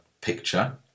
picture